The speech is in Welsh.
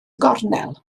gornel